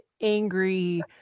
angry